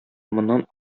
моннан